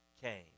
came